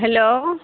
hello